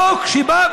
חוק שבא,